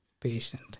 patient